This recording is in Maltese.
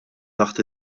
taħt